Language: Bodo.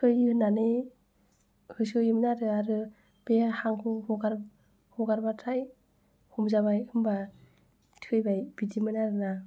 खै होननानै होसोगोननो आरो बे हांखौ हगार हगारबाथाय हमजाबाय होम्बा थैबाय बिदिमोन आरो ना